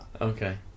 Okay